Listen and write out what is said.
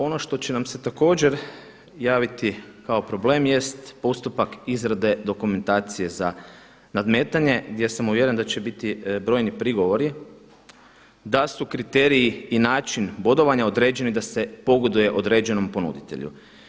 Ono što će nam se također javiti kao problem jest postupak izrade dokumentacije za nadmetanje gdje sam uvjeren da će biti brojni prigovori da su kriteriji i način bodovanja određeni da se pogoduje određenom ponuditelju.